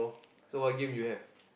so what game you have